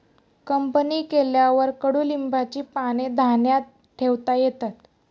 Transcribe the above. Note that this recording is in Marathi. कंपनी केल्यावर कडुलिंबाची पाने धान्यात ठेवता येतात